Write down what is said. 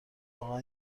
واقعا